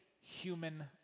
human